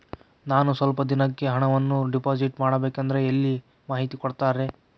ನಾನು ಸ್ವಲ್ಪ ದಿನಕ್ಕೆ ಹಣವನ್ನು ಡಿಪಾಸಿಟ್ ಮಾಡಬೇಕಂದ್ರೆ ಎಲ್ಲಿ ಮಾಹಿತಿ ಕೊಡ್ತಾರೆ?